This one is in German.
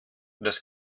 das